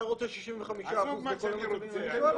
אתה רוצה 65% לכל המצבים?